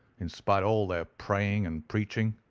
in spite o' all their praying and preaching.